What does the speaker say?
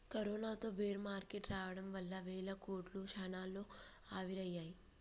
కరోనాతో bear market రావడం వల్ల వేల కోట్లు క్షణాల్లో ఆవిరయ్యాయి